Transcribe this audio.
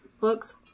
books